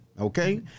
Okay